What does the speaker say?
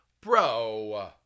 Bro